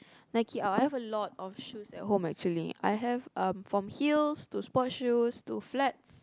Nike uh I have a lot of shoes at home actually I have um from heels to sport shoes to flats